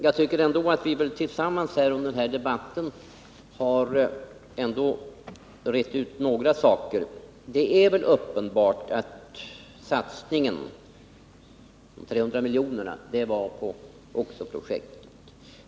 Jag tycker ändå att vi tillsammans under den här debatten har rett ut några saker. Det är väl uppenbart att satsningen på 300 milj.kr. avsåg oxo-projektet.